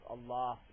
Allah